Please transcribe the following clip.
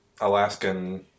Alaskan